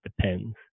depends